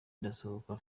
ndasohoka